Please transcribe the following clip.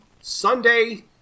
Sunday